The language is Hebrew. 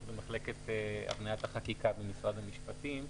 במחלקת הבניית החקיקה במשרד המשפטים.